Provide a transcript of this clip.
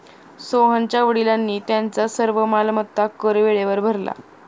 सोहनच्या वडिलांनी त्यांचा सर्व मालमत्ता कर वेळेवर भरला